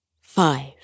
five